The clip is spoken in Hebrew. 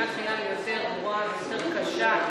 אבל המוסר הכפול הזה,